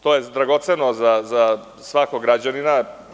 To je dragoceno za svakog građanina.